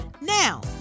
Now